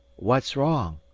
what's wrong?